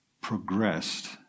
progressed